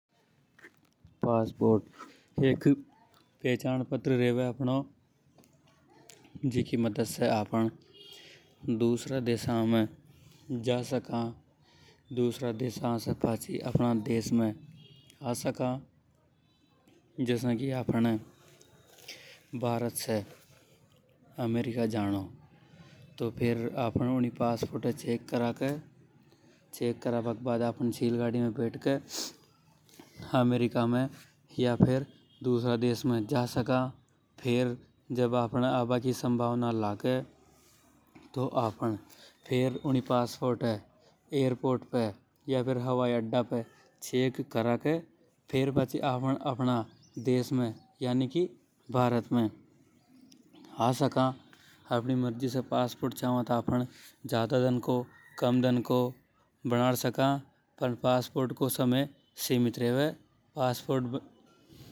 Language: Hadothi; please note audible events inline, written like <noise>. पासपोर्ट एक पहचान पत्र रेवे जीकी <noise> मदद से आफ़न दूसरा देशना में जा-आ सका। दूसरा देशा से पाछी आ सका। जसा की आफ़न ये अमेरिका जानो तो आपन ऊ पासपोर्ट ये चैक करा के, फेर छील गाड़ी में बैठ के <noise> आफ़न अमेरिका जा सका। फेर आफ़न ये आबा की संभावना लागे तो आफ़न उन पासपोर्ट ये, एयरपोर्ट पे, या हवाई हड्डा पे चेक करा के। पाछी आपन अपना देश यानि भारत आ सका। अपनी <noise> मर्जी से आपन पासपोर्ट ये कम दन को, या ज्यादा दन को बनाड़ सका। पण पासपोर्ट को समय सीमित रेवे। <unintelligible>